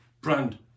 brand